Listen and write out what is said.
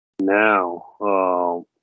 Now